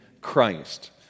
Christ